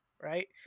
right